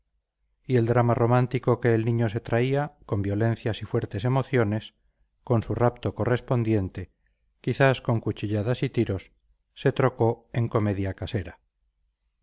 y el drama romántico que el niño se traía con violencias y fuertes emociones con su rapto correspondiente quizás con cuchilladas y tiros se trocó en comedia casera